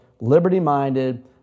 liberty-minded